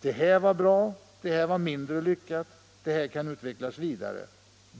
det här var bra, det här var mindre lyckat, det här kan utvecklas vidare.